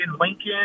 Lincoln